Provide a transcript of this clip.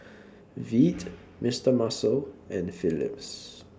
Veet Mister Muscle and Philips